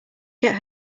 get